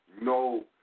no